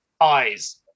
eyes